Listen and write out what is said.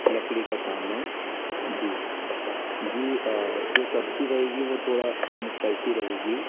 लकड़ी का काम है जी जी जो सब्जी रहेगी वो थोड़ा कम स्पाइसी रहेगी